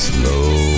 Slow